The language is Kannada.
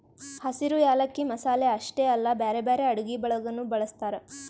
ಹಸಿರು ಯಾಲಕ್ಕಿ ಮಸಾಲೆ ಅಷ್ಟೆ ಅಲ್ಲಾ ಬ್ಯಾರೆ ಬ್ಯಾರೆ ಅಡುಗಿ ಒಳಗನು ಬಳ್ಸತಾರ್